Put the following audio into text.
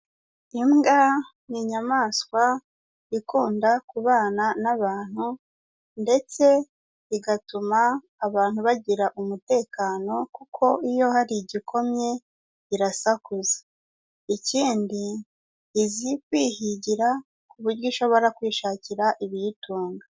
Imbwa ni inyamaswa ikunda kubana n'abantu ndetse igatuma abantu bagira umutekano kuko iyo hari igikomye irasakuza, ikindi izi kwihigira ku buryo ishobora kwishakira ibiyitunga.